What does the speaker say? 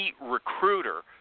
recruiter